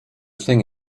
thing